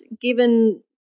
given